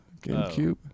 GameCube